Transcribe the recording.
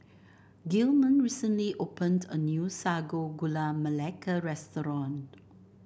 Gilman recently opened a new Sago Gula Melaka restaurant